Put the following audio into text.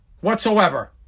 whatsoever